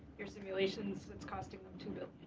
your simulations is costing um two you know